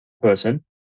person